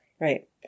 Right